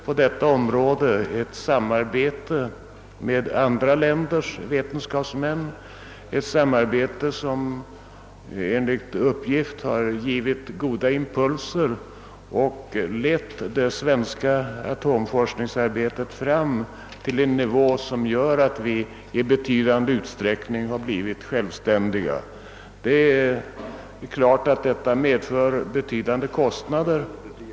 På detta område förekommer samarbete med andra länders vetenskapsmän — ett samarbete som enligt uppgift har gett goda impulser och lett det svenska atomforskningsarbetet fram till en sådan nivå att vi i betydande utsträckning blivit självständiga. Det är klart att denna verksamhet medför stora kostnader.